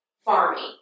Farming